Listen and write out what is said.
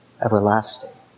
Everlasting